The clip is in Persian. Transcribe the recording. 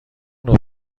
نوع